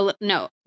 No